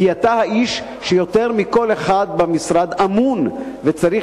כי אתה האיש שיותר מכל אחד במשרד אמון וצריך